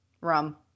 rum